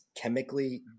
chemically